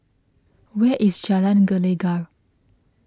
where is Jalan Gelegar